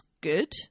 good